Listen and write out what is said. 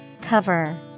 cover